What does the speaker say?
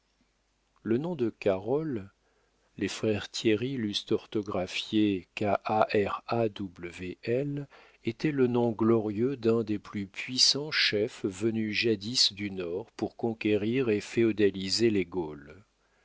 le nom de carol les frères thierry l'eussent orthographié karawl était le nom glorieux d'un des plus puissants chefs venus jadis du nord pour conquérir et féodaliser les gaules